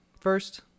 first